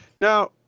Now